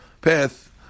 path